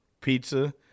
pizza